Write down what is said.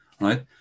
right